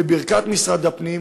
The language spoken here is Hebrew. בברכת משרד הפנים,